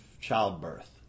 childbirth